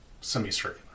semicircular